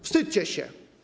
Wstydźcie się.